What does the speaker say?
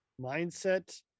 mindset